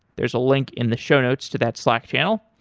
there's a link in the show notes to that slack channel.